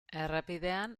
errepidean